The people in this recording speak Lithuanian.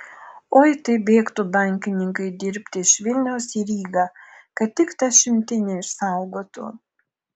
oi tai bėgtų bankininkai dirbti iš vilniaus į rygą kad tik tą šimtinę išsaugotų